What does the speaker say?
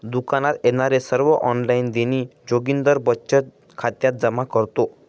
दुकानात येणारे सर्व ऑनलाइन देणी जोगिंदर बचत खात्यात जमा करतो